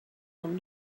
them